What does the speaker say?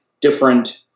different